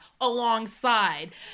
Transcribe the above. alongside